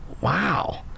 Wow